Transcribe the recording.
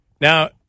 Now